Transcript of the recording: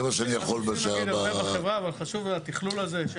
זה מה שאני יכול בשעה --- חשוב לתכלול הזה.